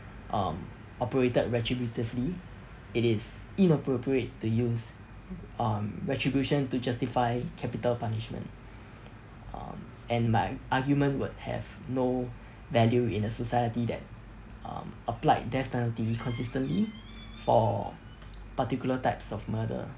um operated retributively it is inappropriate to use um retribution to justify capital punishment um and my argument would have no value in a society that um applied death penalty consistently for particular types of murder